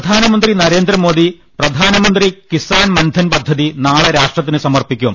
പ്രധാനമന്ത്രി നരേന്ദ്രമോദി പ്രധാനമന്ത്രി കിസാൻ മൻധൻ പദ്ധതി നാളെ രാഷ്ട്രത്തിന് സമർപ്പിക്കും